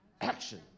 action